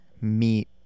meet